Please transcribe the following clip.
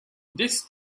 this